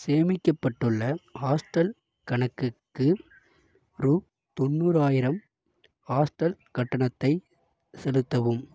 சேமிக்கப்பட்டுள்ள ஹாஸ்டல் கணக்குக்கு ரூபா தொண்ணூறாயிரம் ஹாஸ்டல் கட்டணத்தைச் செலுத்தவும்